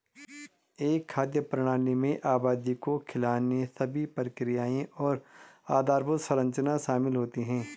एक खाद्य प्रणाली में आबादी को खिलाने सभी प्रक्रियाएं और आधारभूत संरचना शामिल होती है